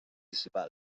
municipal